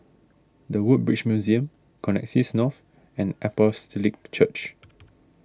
the Woodbridge Museum Connexis North and Apostolic Church